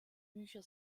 bücher